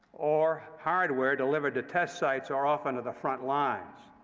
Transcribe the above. or hardware delivered to test sites or often to the front lines.